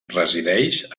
resideix